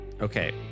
Okay